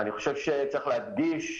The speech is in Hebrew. צריך להדגיש,